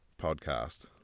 podcast